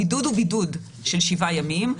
הבידוד הוא בידוד של שבעה ימים.